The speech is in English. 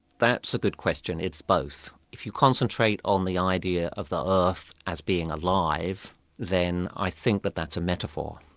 that's a good question it's both. if you concentrate on the idea of the earth as being alive then i think that that's a metaphor.